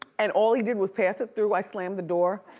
and all he did was pass it through, i slammed the door.